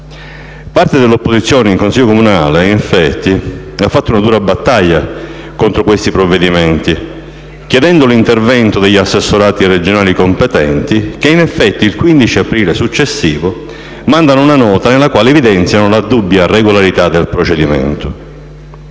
Parte dell'opposizione in Consiglio comunale ha fatto una dura battaglia contro questi provvedimenti, chiedendo l'intervento degli assessorati regionali competenti che, in effetti, il 15 aprile successivo mandano una nota nella quale si evidenzia la dubbia regolarità del procedimento.